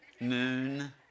Noon